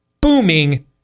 booming